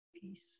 peace